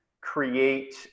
create